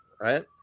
right